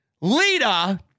Lita